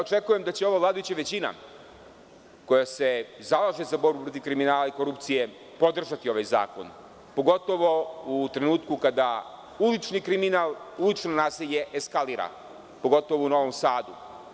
Očekujem da će ova vladajuća većina, koja se zalaže za borbu protiv kriminala i korupcije podržati ovaj zakon, pogotovo u trenutku kada ulični kriminal, ulično nasilje eskalira, pogotovo u Novom Sadu.